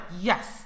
yes